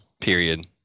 period